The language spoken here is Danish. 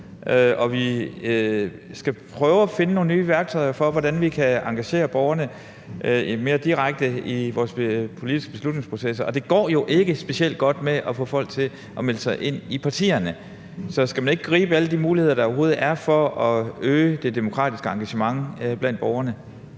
og vi skal prøve at finde nogle nye værktøjer til at få engageret borgerne mere direkte i vores politiske beslutningsprocesser. Det går jo ikke specielt godt med at få folk til at melde sig ind i partierne. Så skal man ikke gribe alle de muligheder, der overhovedet er, for at øge det demokratiske engagement blandt borgerne?